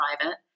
private